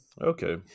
Okay